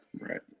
Right